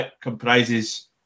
comprises